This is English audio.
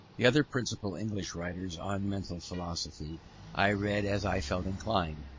the other principal english writers on mental philosophy i read as i felt inclined,